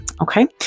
Okay